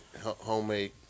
homemade